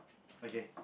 okay